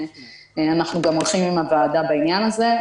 אנחנו גם הולכים עם הוועדה בעניין הזה,